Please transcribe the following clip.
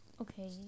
Okay